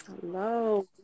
Hello